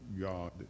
God